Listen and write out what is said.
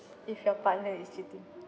if your partner is cheating